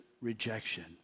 rejection